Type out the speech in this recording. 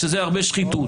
שזה הרבה שחיתות.